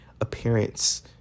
appearance